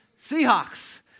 Seahawks